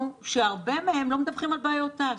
שהרבה מהם לא מדווחים על בעיות ת"ש,